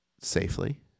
safely